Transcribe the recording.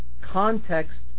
Context